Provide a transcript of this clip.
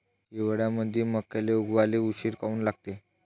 हिवाळ्यामंदी मक्याले उगवाले उशीर काऊन लागते?